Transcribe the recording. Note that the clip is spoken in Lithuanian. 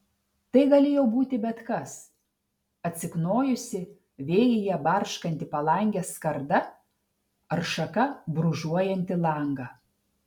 tai galėjo būti bet kas atsiknojusi vėjyje barškanti palangės skarda ar šaka brūžuojanti langą